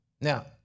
Now